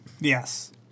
Yes